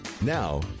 now